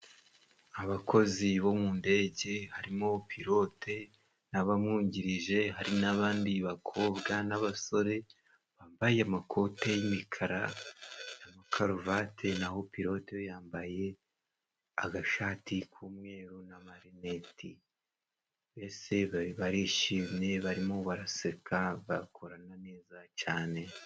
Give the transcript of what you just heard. Abakozi bo mu ndege， harimo pirote n'abamwungirije， hari n'abandi bakobwa n'abasore，bambaye amakoti y'imikara na karuvati，naho pirote we yambaye agashati k'umweru n' amarineti，mbese barishimye， barimo baraseka，bakorana neza cane.